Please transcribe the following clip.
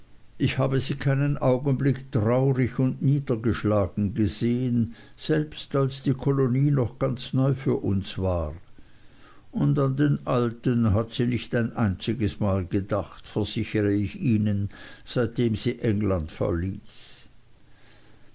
ich habe sie keinen augenblick traurig und niedergeschlagen gesehen selbst als die kolonie noch ganz neu für uns war und an den alten hat sie nicht ein einziges mal gedacht versichere ich ihnen seitdem sie england verließ